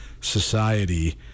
society